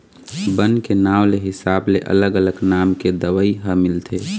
बन के नांव के हिसाब ले अलग अलग नाम के दवई ह मिलथे